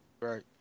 Right